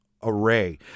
array